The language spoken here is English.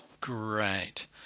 Great